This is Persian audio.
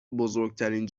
بزرگترین